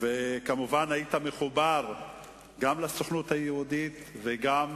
היא היתה עלולה חלילה להיפגע.